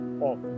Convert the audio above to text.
off